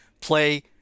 play